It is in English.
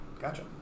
Gotcha